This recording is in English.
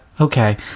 Okay